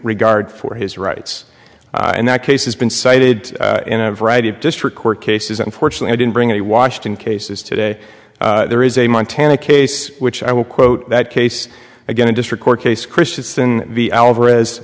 regard for his rights and that case has been cited in a variety of district court cases unfortunately i didn't bring any washington cases today there is a montana case which i will quote that case again a district court case christianson v alvarez